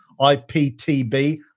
IPTB